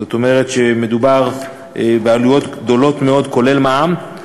זאת אומרת שמדובר בעלויות גדולות מאוד, כולל מע"מ.